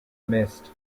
mist